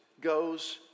goes